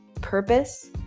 purpose